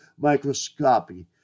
microscopy